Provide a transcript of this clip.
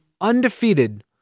undefeated